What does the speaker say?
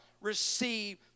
receive